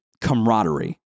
camaraderie